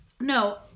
No